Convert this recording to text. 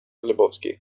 lebowski